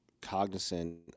cognizant